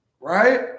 Right